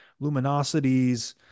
luminosities